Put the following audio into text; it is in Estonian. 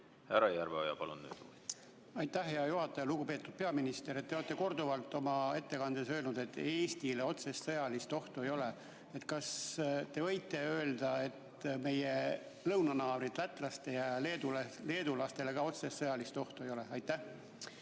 Härra Järveoja, palun! Aitäh, hea juhataja! Lugupeetud peaminister! Te olete korduvalt oma ettekandes öelnud, et Eestile otsest sõjalist ohtu ei ole. Kas te võite öelda, et meie lõunanaabritele, lätlastele ja leedulastele ka otsest sõjalist ohtu ei ole? Aitäh,